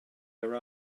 their